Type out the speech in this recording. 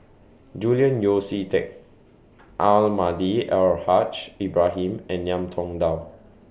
Julian Yeo See Teck Almahdi Al Haj Ibrahim and Ngiam Tong Dow